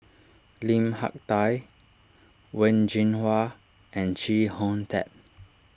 Lim Hak Tai Wen Jinhua and Chee Hong Tat